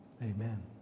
Amen